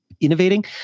innovating